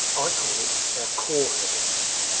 i call it our core happiness.